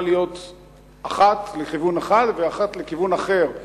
להיות אחת לכיוון אחד ואחת לכיוון אחר.